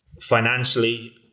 financially